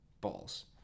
balls